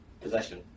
possession